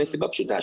היא מסיבה פשוטה.